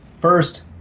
first